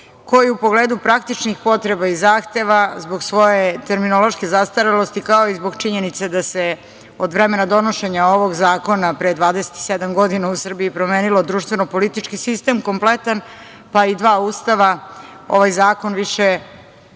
koji u pogledu praktičnih potreba i zahteva, zbog svoje terminološke zastarelosti, kao i zbog činjenice da se od vremena donošenja ovog zakona pre 27 godina u Srbiji promenio kompletan društveno-politički sistem, pa i dva Ustava. Ovaj zakon više,